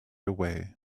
away